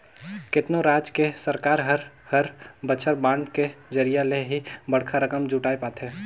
केतनो राज के सरकार हर हर बछर बांड के जरिया ले ही बड़खा रकम जुटाय पाथे